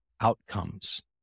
outcomes